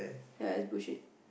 ya is bullshit